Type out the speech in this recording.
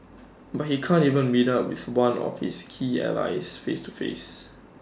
but he can't even meet up with one of his key allies face to face